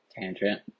Tangent